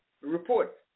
report